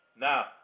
Now